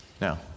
Now